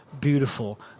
beautiful